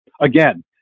Again